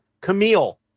camille